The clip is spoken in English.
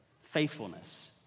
faithfulness